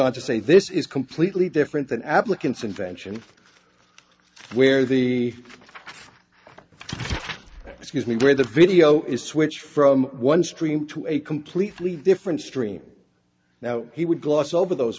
on to say this is completely different than applicant's invention where the excuse me where the video is switch from one stream to a completely different stream now he would gloss over those